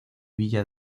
villa